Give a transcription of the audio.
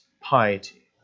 piety